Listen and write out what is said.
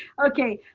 okay,